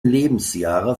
lebensjahre